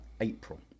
april